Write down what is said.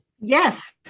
Yes